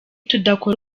tudakora